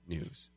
News